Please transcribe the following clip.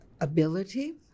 ability